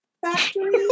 factory